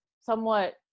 somewhat